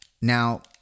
now